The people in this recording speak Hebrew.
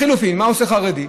לחלופין, מה עושה חרדי?